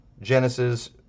Genesis